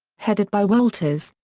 headed by wolters,